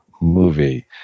movie